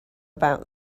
about